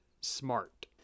smart